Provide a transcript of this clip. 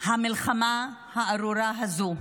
המלחמה הארורה הזו.